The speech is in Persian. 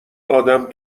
آدم